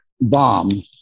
bomb